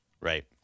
Right